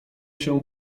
się